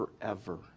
forever